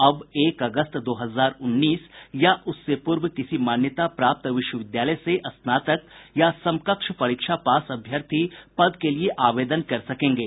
अब एक अगस्त दो हजार उन्नीस या उससे पूर्व किसी मान्यता प्राप्त विश्वविद्यालय से स्नातक या समकक्ष परीक्षा पास अभ्यर्थी पद के लिए आवेदन कर सकेंगे